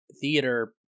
theater